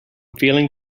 feeling